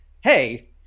hey